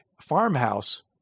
farmhouse